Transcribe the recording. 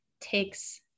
takes